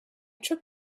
trip